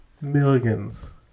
millions